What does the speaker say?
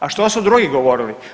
A što su drugi govorili?